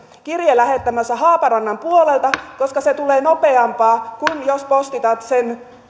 kirje lähettämässä haaparannan puolelta koska se tulee nopeammin kuin jos postitat sen